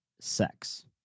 sex